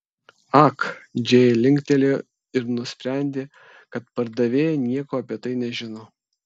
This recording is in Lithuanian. ak džėja linktelėjo ir nusprendė kad pardavėja nieko apie tai nežino